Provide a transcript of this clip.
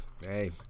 Hey